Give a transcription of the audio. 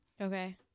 okay